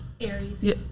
Aries